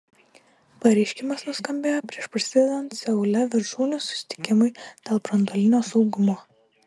pareiškimas nuskambėjo prieš prasidedant seule viršūnių susitikimui dėl branduolinio saugumo